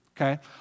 Okay